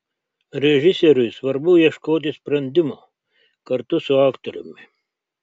režisieriui svarbu ieškoti sprendimo kartu su aktoriumi